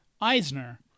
Eisner